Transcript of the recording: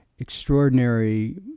extraordinary